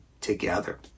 together